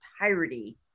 entirety